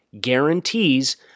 guarantees